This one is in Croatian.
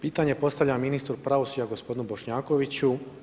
Pitanje postavljam ministru pravosuđa gospodinu Bošnjakoviću.